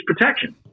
protection